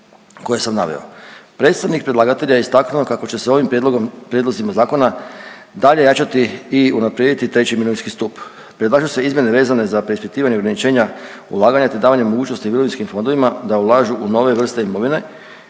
koje sam naveo. Predstavnik predlagatelja je istaknuo kako će se ovim prijedlogom, prijedlozima zakona dalje jačati i unaprijediti III. mirovinski stup. Predlaže se izmjene vezane za preispitivanje ograničenja ulaganja te davanje mogućnosti mirovinskim fondovima da ulažu nove vrste imovine